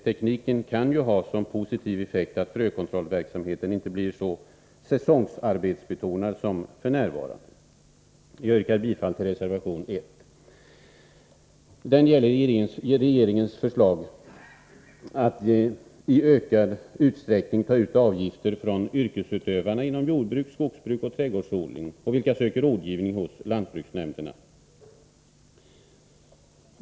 Tekniken kan ju ha som positiv effekt att frökontrollverksamheten inte blir så säsongarbetsbetonad som f.n. Jag yrkar bifall till reservation 1. Den gäller regeringens förslag att i ökad utsträckning ta ut avgifter från de yrkesutövare inom jordbruk, skogsbruk och trädgårdsodling vilka söker rådgivning hos lantbruksnämnderna.